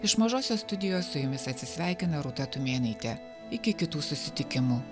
iš mažosios studijos su jumis atsisveikina rūta tumėnaitė iki kitų susitikimų